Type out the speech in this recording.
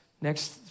next